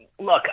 look